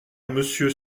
monsieur